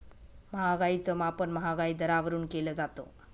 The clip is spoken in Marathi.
महागाईच मापन महागाई दरावरून केलं जातं